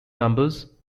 numbers